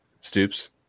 Stoops